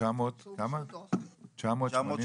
ש-988